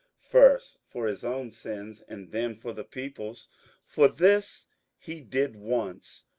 first for his own sins, and then for the people's for this he did once,